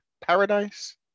paradise